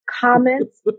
comments